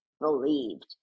believed